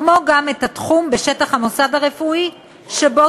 כמו גם את התחום בשטח המוסד הרפואי שבו